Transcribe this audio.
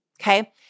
Okay